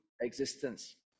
existence